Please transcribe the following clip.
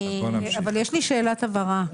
יש לי שאלת הבהרה,